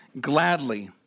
gladly